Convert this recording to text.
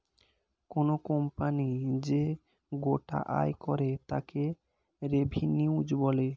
কোনো কোম্পানি যে গোটা আয় করে তাকে রেভিনিউ বলে